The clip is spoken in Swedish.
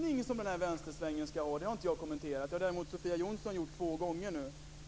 Fru talman! Jag har inte kommenterat vilken riktning som vänstersvängen skall ha. Det har däremot Sofia Jonsson nu gjort två gånger.